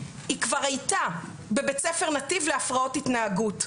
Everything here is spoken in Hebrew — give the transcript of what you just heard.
היא כבר הייתה בבית ספר נתיב להפרעות התנהגות,